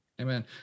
Amen